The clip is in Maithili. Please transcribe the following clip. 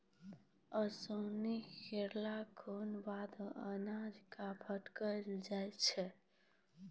ओसौनी करला केरो बाद अनाज क फटकलो जाय छै